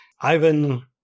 Ivan